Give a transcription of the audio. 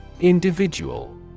Individual